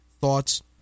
thoughts